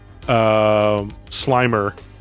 slimer